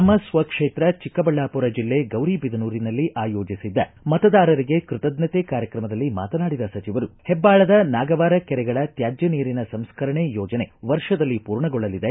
ತಮ್ಮ ಸ್ವಜ್ವೇತ್ರ ಚಿಕ್ಕಬಳ್ಳಾಪುರ ಬೆಲ್ಲೆ ಗೌರಿಬಿದನೂರಿನಲ್ಲಿ ಆಯೋಜಿಸಿದ್ದ ಮತದಾರರಿಗೆ ಕೃತಜ್ಞತೆ ಕಾರ್ಯಕ್ರಮದಲ್ಲಿ ಮಾತನಾಡಿದ ಸಚಿವರು ಹೆಬ್ಬಾಳದ ನಾಗವಾರ ಕೆರೆಗಳ ತ್ಯಾಜ್ಯ ನೀರಿನ ಸಂಸ್ಕರಣೆ ಯೋಜನೆ ವರ್ಷದಲ್ಲಿ ಪೂರ್ಣಗೊಳ್ಳಲಿದೆ